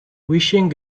wishing